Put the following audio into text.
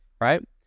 right